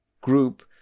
group